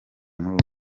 muri